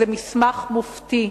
זה מסמך מופתי,